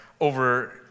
over